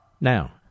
Now